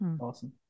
Awesome